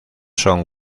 son